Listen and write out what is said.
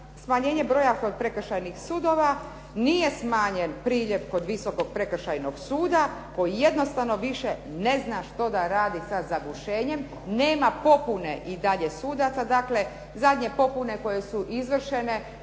smanjenje broja prekršajnih sudova nije smanjen priljev kod Visokog prekršajnog suda koji jednostavno više ne zna što da radi sa zagušenjem, nema popune i dalje sudaca, dakle zadnje popune koje su izvršene